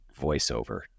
voiceover